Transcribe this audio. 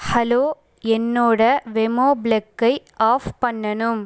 hello என்னோட வெமோ பிளக்கை ஆஃப் பண்ணணும்